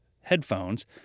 headphones